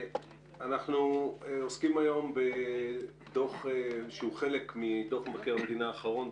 אנחנו עוסקים היום בדוח שהוא חלק מדוח מבקר המדינה האחרון,